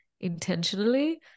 intentionally